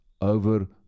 over